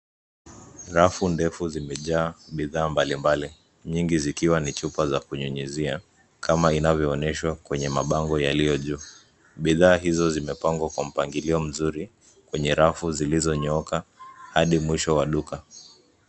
Rafu ndefu zimejaa bidhaa mbalimbali, nyingi zikiwa ni chupa za kunyunyizia, kama inavyooneshwa kwenye mabango yaliyo juu, bidhaa hizo zimepangwa kwa mpangilio mzuri kwenye rafu zilizonyoka hadi mwisho wa duka.